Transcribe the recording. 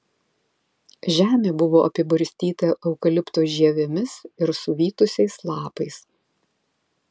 žemė buvo apibarstyta eukalipto žievėmis ir suvytusiais lapais